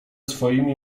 swoimi